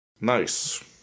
Nice